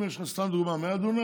אם יש לך, סתם לדוגמה, 100 דונם,